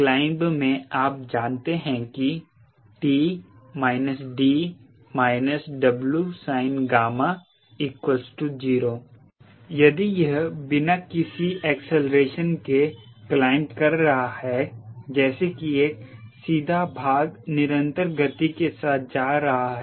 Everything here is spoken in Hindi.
क्लाइंब में आप जानते हैं कि 𝑇 − 𝐷 − 𝑊𝑠𝑖𝑛𝛾 0 यदि यह बिना किसी एक्सीलरेशन के क्लाइंब कर रहा है जैसे कि एक सीधा भाग निरंतर गति के साथ जा रहा है